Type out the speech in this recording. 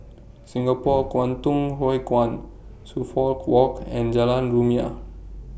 Singapore Kwangtung Hui Kuan Suffolk Walk and Jalan Rumia